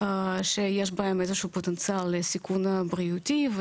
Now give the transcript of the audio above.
שיש בהם איזה שהוא פוטנציאל לסיכון הבריאותי,